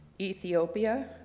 Ethiopia